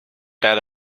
that